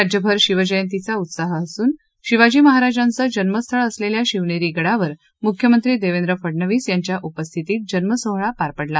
राज्यभर शिवजयंतीचा उत्साह असून शिवाजी महाराजांचं जन्मस्थळ असलेल्या शिवनेरी गडावर मुख्यमंत्री देवेंद्र फडनवीस यांच्या उपस्थितीत जन्मसोहळा पार पडला